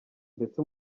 ndetse